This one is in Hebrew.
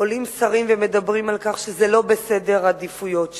עולים שרים ומדברים על כך שזה לא בסדר העדיפויות שלהם.